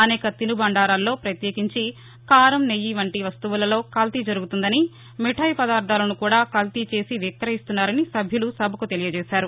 అనేక తిసుబండారాల్లో ప్రత్యేకించి కారం నెయ్యి వంటి వస్తువులలో కల్తీ జరుగుతోందని మిఠాయి పదార్దాలను కూడా కల్తీ చేసి విక్రయిస్తున్నారని సభ్యులు సభకు తెలియజేశారు